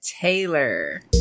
Taylor